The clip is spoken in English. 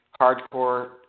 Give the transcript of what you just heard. hardcore